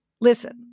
Listen